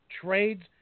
trades